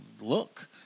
look